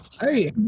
Hey